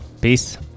Peace